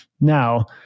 Now